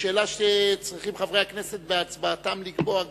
וזו שאלה שצריכים חברי הכנסת בהצבעתם לקבוע גם.